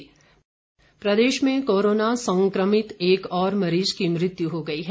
corona update प्रदेश में corona संक्रमित एक और मरीज की मृत्यु हो गई है